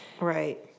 Right